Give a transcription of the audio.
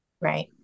Right